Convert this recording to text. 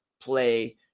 play